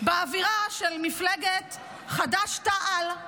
של מפלגת חד"ש-תע"ל,